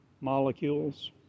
molecules